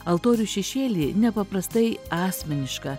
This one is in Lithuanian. altorių šešėly nepaprastai asmeniška